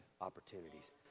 opportunities